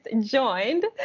joined